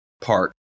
Park